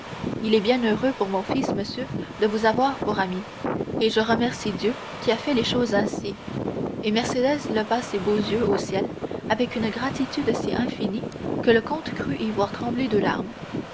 il est bien heureux pour mon fils monsieur de vous avoir pour ami et je remercie dieu qui a fait les choses ainsi et mercédès leva ses beaux yeux au ciel avec une gratitude si infinie que le comte crut y voir trembler deux larmes